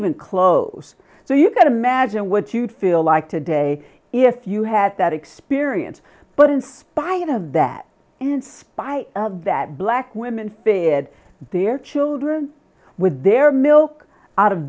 even close so you can imagine what you'd feel like today if you had that experience but in spite of that in spite of that black women fed their children with their milk out of